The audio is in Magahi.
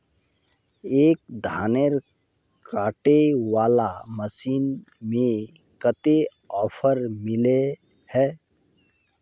एक धानेर कांटे वाला मशीन में कते ऑफर मिले है?